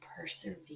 persevere